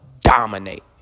dominate